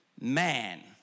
man